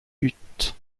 bute